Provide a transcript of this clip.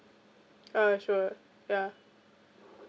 uh sure ya